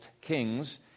kings